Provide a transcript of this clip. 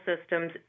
systems